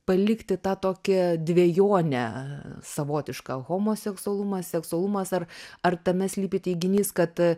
palikti tą tokią dvejonę savotišką homoseksualumas seksualumas ar ar tame slypi teiginys kad